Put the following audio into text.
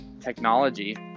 technology